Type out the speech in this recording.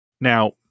Now